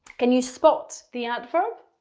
can you spot the adverb?